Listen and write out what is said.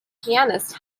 pianist